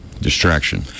distraction